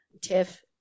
Tiff